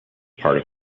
part